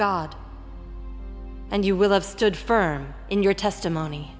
god and you will have stood firm in your testimony